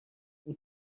اون